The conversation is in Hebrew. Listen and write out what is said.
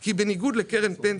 כי בניגוד לקרן פנסיה,